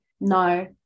No